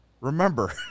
Remember